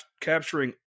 capturing